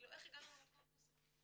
איך הגענו למקום הזה?